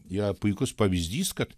yra puikus pavyzdys kad